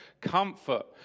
comfort